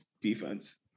defense